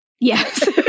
yes